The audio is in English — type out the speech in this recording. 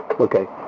Okay